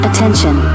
Attention